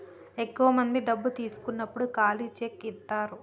ఎక్కువ మంది డబ్బు తీసుకున్నప్పుడు ఖాళీ చెక్ ఇత్తారు